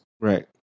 Right